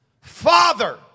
Father